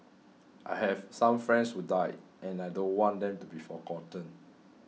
I have some friends who died and I don't want them to be forgotten